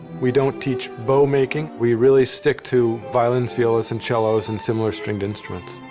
we don't teach bow-making. we really stick to violins, violas and cellos and similar stringed instruments.